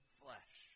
flesh